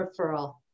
referral